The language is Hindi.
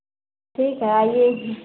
ठीक है आइए एक दिन